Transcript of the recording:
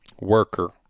worker